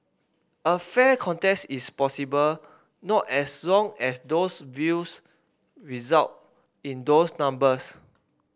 a fair contest is impossible not as long as those views result in those numbers